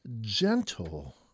gentle